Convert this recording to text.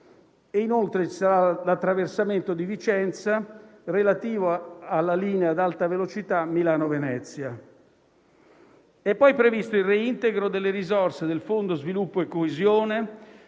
Inoltre, vi sarà l'attraversamento di Vicenza, relativo alla linea ad alta velocità Milano-Venezia. È poi previsto il reintegro delle risorse del Fondo sviluppo e coesione